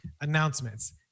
Announcements